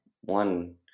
One